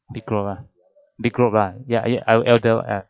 ah ya ya the elder ah